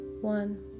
one